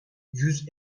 yüz